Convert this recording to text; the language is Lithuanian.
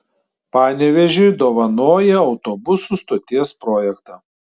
panevėžiui dovanoja autobusų stoties projektą